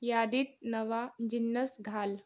यादीत नवा जिन्नस घाल